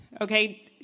Okay